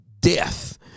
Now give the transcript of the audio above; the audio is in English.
death